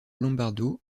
lombardo